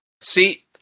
See